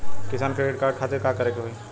किसान credit card खातिर का करे के होई?